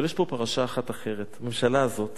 אבל יש פה פרשה אחת אחרת: הממשלה הזאת